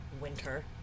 winter